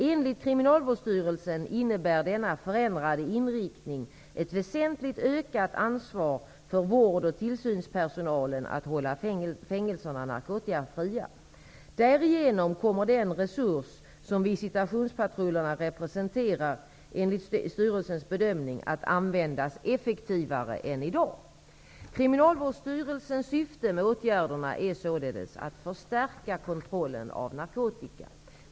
Enligt Kriminalvårdsstyrelsen innebär denna förändrade inriktning ett väsentligt ökat ansvar för vård och tillsynspersonalen att hålla fängelserna narkotikafria. Därigenom kommer den resurs som visitationspatrullerna representerar enligt styrelsens bedömning att användas effektivare än i dag. Kriminalvårdsstyrelsens syfte med åtgärderna är således att förstärka kontrollen av narkotika.